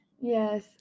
yes